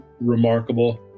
remarkable